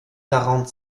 quarante